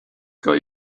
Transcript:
got